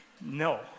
No